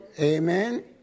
Amen